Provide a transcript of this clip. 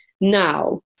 now